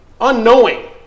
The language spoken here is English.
unknowing